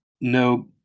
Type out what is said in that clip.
no